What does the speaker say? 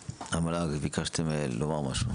המל"ג, רציתם לומר משהו.